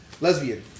lesbian